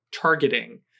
targeting